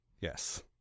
Yes